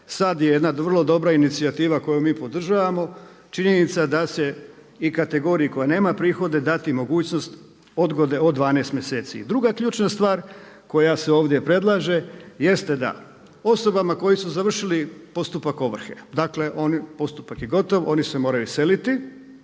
Sad je jedna vrlo dobro inicijativa koju mi podržavamo. Činjenica i da se kategoriju koja nema prihode dati mogućnost odgode od 12 mjeseci. I druga ključna stvar koja se ovdje predlaže jeste da osobama koje su završile postupak ovrhe, dakle postupak je gotov, oni se moraju iseliti